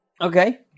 Okay